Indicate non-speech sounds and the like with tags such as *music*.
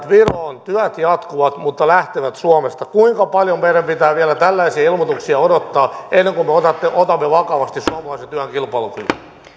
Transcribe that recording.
*unintelligible* viroon työt jatkuvat mutta lähtevät suomesta kuinka paljon meidän pitää vielä tällaisia ilmoituksia odottaa ennen kuin me otamme vakavasti suomalaisen työn kilpailukyvyn